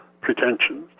pretensions